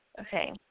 okay